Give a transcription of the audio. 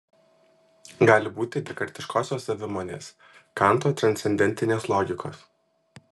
gali būti dekartiškosios savimonės kanto transcendentinės logikos